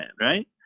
right